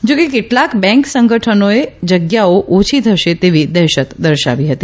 જા કે કેટલાક બેંક સંગઠનોએ જગ્યાઓ ઓછી થશે તેવી દહેશત દર્શાવી હતી